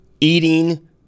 eating